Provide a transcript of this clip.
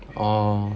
orh